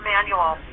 Manual